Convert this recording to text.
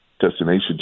destination